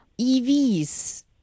EVs